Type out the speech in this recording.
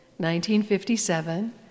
1957